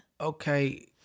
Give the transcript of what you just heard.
okay